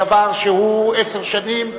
דבר שקיים עשר שנים.